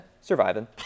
surviving